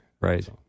Right